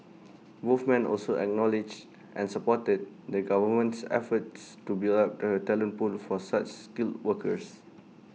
both men also acknowledged and supported the government's efforts to build up the talent pool for such skilled workers